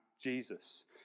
Jesus